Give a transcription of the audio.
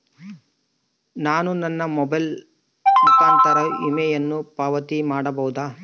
ನಾನು ನನ್ನ ಮೊಬೈಲ್ ಮುಖಾಂತರ ವಿಮೆಯನ್ನು ಪಾವತಿ ಮಾಡಬಹುದಾ?